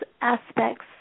aspects